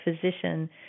physician